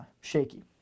shaky